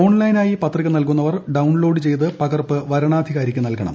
ഓൺലൈനായി പത്രിക നൽകുന്നവർ ഡൌൺലോഡ് ചെയ്ത് പകർപ്പ് വരണാധികാരിക്ക് നൽകണം